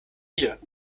dir